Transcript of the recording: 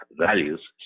values